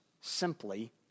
simply